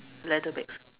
leather bags